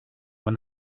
when